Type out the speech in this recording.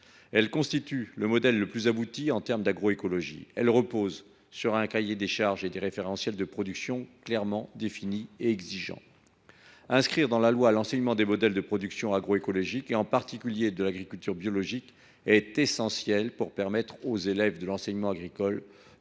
qui constitue le modèle le plus abouti en matière d’agroécologie. L’agriculture biologique repose sur un cahier des charges et sur des référentiels de production clairement définis et exigeants. Inscrire dans la loi l’enseignement des modèles de production agroécologiques et en particulier de l’agriculture biologique est essentiel pour permettre aux élèves de l’enseignement agricole